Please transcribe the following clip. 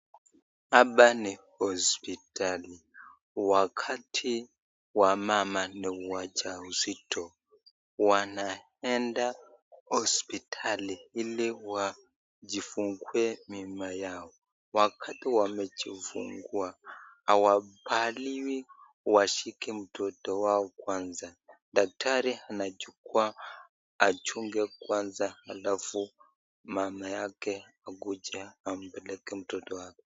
Hapa ni hospitali. Wakati wamama ni wajawazito wanaenda hospitali ili wajifungue mimba yao, wakati wamejifungua hawakubaliwi washike mtoto wao kwanza .Daktari anachukua achunge kwanza alafu mama yake akuje ampeleke mtoto wake.